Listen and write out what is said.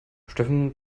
steffen